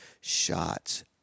shots